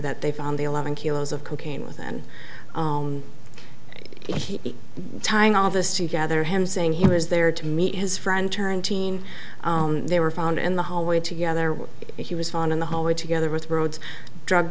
that they found the eleven kilos of cocaine with then it tying all this together him saying he was there to meet his friend turned eighteen they were found in the hallway together where he was found in the hallway together with roads drug